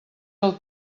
del